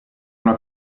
una